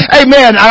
amen